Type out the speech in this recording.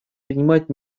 принимать